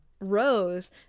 rose